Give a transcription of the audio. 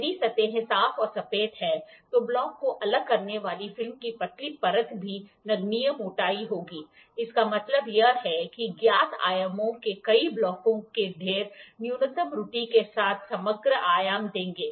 यदि सतहों साफ और सपाट है तो ब्लॉक को अलग करने वाली फिल्म की पतली परत भी नगण्य मोटाई होगी इसका मतलब यह है कि ज्ञात आयामों के कई ब्लॉकों के ढेर न्यूनतम त्रुटि के साथ समग्र आयाम देंगे